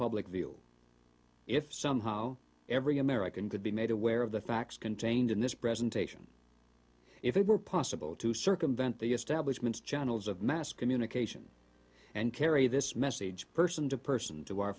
public view if somehow every american could be made aware of the facts contained in this presentation if it were possible to circumvent the establishment's channels of mass communication and carry this message person to person to our